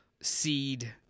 seed